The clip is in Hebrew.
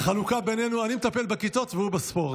החלוקה בינינו אני מטפל בכיתות והוא בספורט.